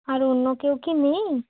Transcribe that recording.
আর অন্য কেউ কি নেই